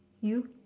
you